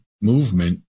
movement